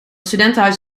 studentenhuis